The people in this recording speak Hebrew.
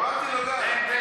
אמרתי לך את זה.